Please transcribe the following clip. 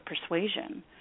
persuasion